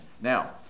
Now